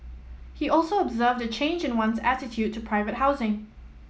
he also observed a change in one's attitude to private housing